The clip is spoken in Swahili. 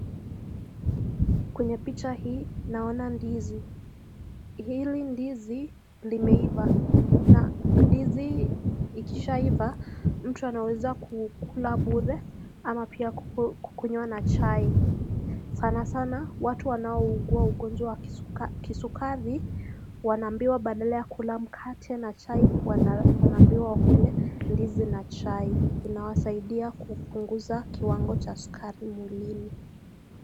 Kwenye picha hii, naona ndizi. Hili ndizi limeiva. Na, ndizi ikishaiva, mtu anaweza kukula bure, ama pia kukunywa na chai. Sana sana, watu wanaougua ugonjwa wa kisukari, wanaambiwa badala ya kula mkate na chai, wanambiwa wakule ndizi na chai. Inawasaidia kupunguza kiwango cha sukari mwilini.